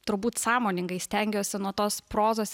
turbūt sąmoningai stengiuosi nuo tos prozos